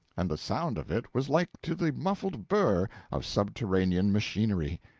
and the sound of it was like to the muffled burr of subterranean machinery.